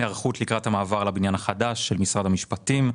היערכות לקראת המעבר לבניין החדש של משרד המשפטים,